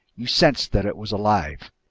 you sensed that it was alive!